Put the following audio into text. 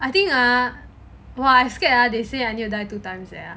I think ah !wah! I scared ah they say I need to dye two times eh